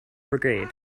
brigade